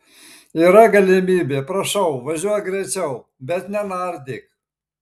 yra galimybė prašau važiuok greičiau bet nenardyk